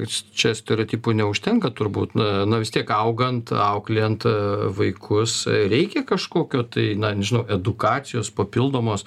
čia stereotipų neužtenka turbūt na na vis tiek augant auklėjant vaikus reikia kažkokio tai na nežinau edukacijos papildomos